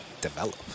develop